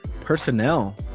Personnel